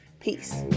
Peace